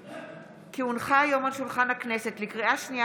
כי הונחו היום על שולחן הכנסת לקריאה שנייה